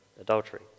adultery